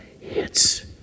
hits